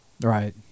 Right